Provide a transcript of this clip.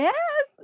Yes